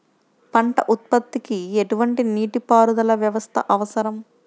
పంట ఉత్పత్తికి ఎటువంటి నీటిపారుదల వ్యవస్థ అవసరం?